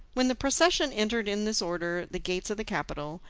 when the procession entered in this order the gates of the capital,